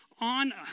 on